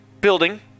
building